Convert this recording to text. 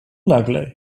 nagle